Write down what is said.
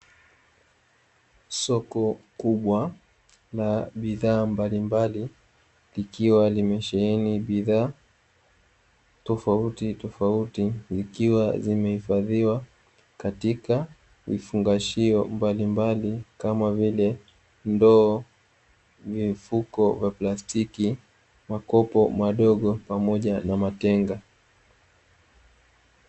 Soko kubwa la bidhaa mbalimbali likiwa limesheheni bidhaa tofauti tofauti zikiwa zimehifadhiwa katika vifungashio mbalimbali kama vile ndoo, mifuko ya plastiki, makopo madogo pamoja na matenga.